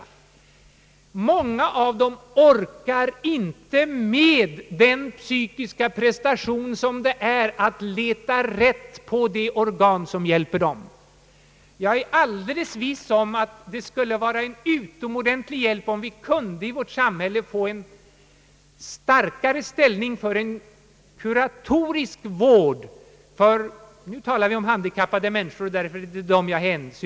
Många av dem orkar emellertid inte med den psykiska prestation som det innebär att leta rätt på det organ som kan hjälpa dem. Jag är alldeles viss om att det skulle vara av utomordentligt värde om vi i vårt samhälle kunde få en starkare ställning för en kuratorisk vård; nu talar vi om handikappade människor.